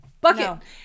Bucket